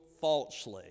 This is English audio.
falsely